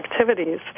activities